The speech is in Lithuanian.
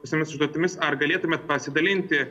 visomis užduotimis ar galėtumėt pasidalinti